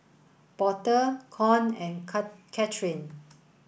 Porter Con and Kathryn